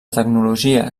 tecnologia